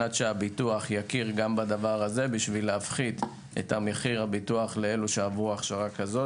שהביטוח יכיר גם בזה כדי להפחית את מחיר הביטוח לאלה שעברו הכשרה כזו,